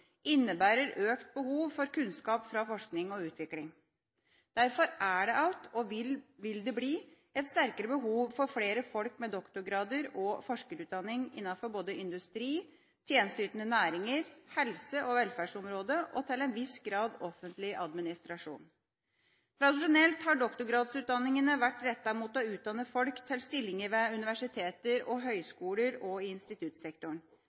innebærer økt behov for kunnskap fra forskning og utvikling. Derfor er det allerede – og det vil bli – et sterkere behov for flere folk med doktorgrad og forskerutdanning innenfor både industrien, tjenesteytende næringer, helse- og velferdsområdet og til en viss grad offentlig administrasjon. Tradisjonelt har doktorgradsutdanninga vært rettet mot å utdanne folk til stillinger ved universiteter og høyskoler og i instituttsektoren.